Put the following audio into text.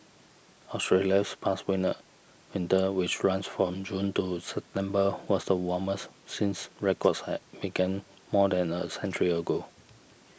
Australia's past winner winter which runs from June to September was the warmest since records had began more than a century ago